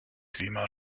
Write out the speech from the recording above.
klima